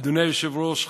אדוני היושב-ראש,